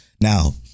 now